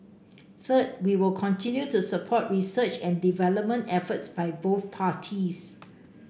third we will continue to support research and development efforts by both parties